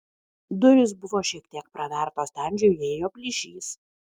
durys buvo šiek tiek pravertos ten žiojėjo plyšys